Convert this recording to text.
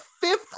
fifth